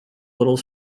little